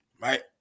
right